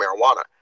marijuana